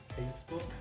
facebook